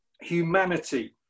humanity